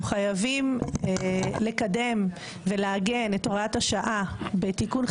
אנחנו מעדכנים כי הוראת השעה שאושרה בכנסת הקודמת,